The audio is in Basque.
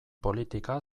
politika